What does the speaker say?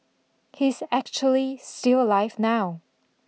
he's actually still alive now